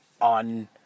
on